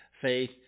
faith